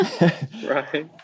Right